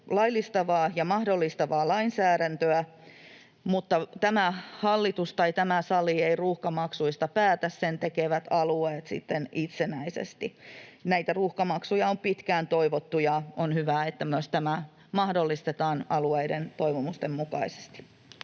laillistavaa ja mahdollistavaa lainsäädäntöä, mutta tämä hallitus tai tämä sali ei ruuhkamaksuista päätä, vaan sen tekevät alueet sitten itsenäisesti. Näitä ruuhkamaksuja on pitkään toivottu, ja on hyvä, että tämä mahdollistetaan alueiden toivomusten mukaisesti.